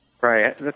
Right